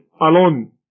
alone